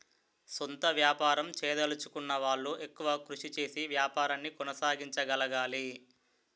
సొంత వ్యాపారం చేయదలచుకున్న వాళ్లు ఎక్కువ కృషి చేసి వ్యాపారాన్ని కొనసాగించగలగాలి